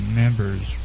members